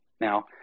Now